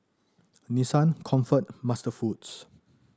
Nissan Comfort MasterFoods